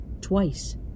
twice